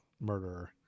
murderer